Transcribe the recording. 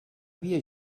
via